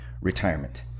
retirement